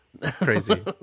crazy